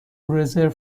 رزرو